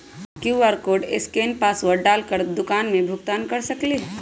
QR code scan password डाल कर दुकान में भुगतान कर सकलीहल?